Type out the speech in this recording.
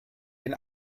den